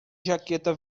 jaqueta